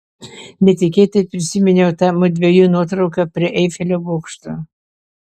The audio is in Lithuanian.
netikėtai prisiminiau tą mudviejų nuotrauką prie eifelio bokšto